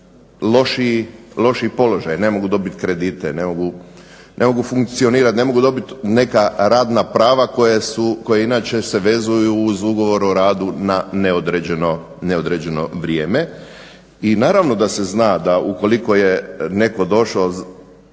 lošiji položaj. Ne mogu dobiti kredite, ne mogu funkcionirati, ne mogu dobiti neka radna prava koja inače se vezuju uz ugovor o radu na neodređeno vrijeme. I naravno da se zna da ukoliko je netko došao